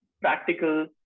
practical